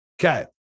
Okay